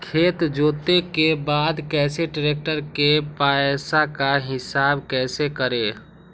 खेत जोते के बाद कैसे ट्रैक्टर के पैसा का हिसाब कैसे करें?